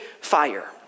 fire